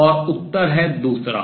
और उत्तर है दूसरा